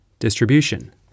Distribution